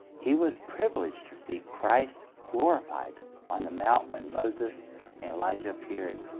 he was privileged to see christ glorified on the mount when moses and elijah appeared.